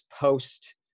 post